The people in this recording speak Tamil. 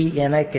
என கிடைக்கும்